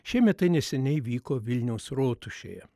šiemet tai neseniai vyko vilniaus rotušėje